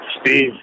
Steve